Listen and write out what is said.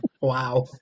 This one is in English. Wow